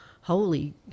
holy